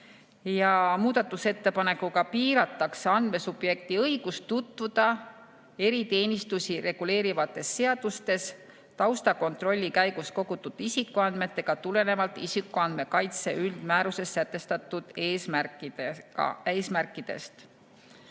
Muudatusettepanekuga piiratakse andmesubjekti õigust tutvuda eriteenistusi reguleerivates seadustes taustakontrolli käigus kogutud isikuandmetega, seda tulenevalt isikuandmete kaitse üldmääruses sätestatud eesmärkidest.